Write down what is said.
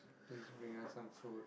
please bring us some food